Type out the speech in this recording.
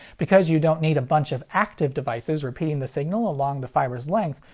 because you don't need a bunch of active devices repeating the signal along the fiber's length,